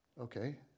Okay